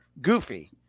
goofy